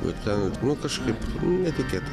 bet ten nu kažkaip netikėtai